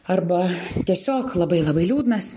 arba tiesiog labai labai liūdnas